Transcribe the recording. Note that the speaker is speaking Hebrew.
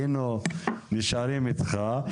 היינו נשארים איתך.